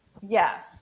Yes